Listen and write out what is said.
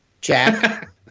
Jack